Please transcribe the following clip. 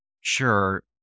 sure